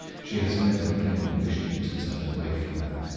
she has never again wished him to turn away from her,